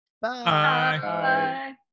Bye